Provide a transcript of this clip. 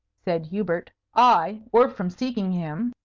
said hubert aye, or from seeking him.